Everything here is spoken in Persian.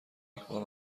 یکبار